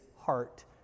heart